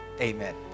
Amen